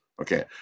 Okay